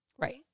Right